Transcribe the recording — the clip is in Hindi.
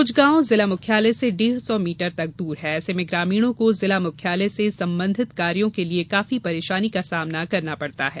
कुछ गांव जिला मुख्यालय से डेढ़ सौ मीटर तक दूर हैं ऐसे में ग्रामीणों को जिला मुख्यालय से संबंधित कार्यो के लिये काफी परेशानी का सामना करना पड़ता है